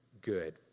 good